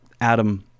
Adam